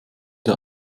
der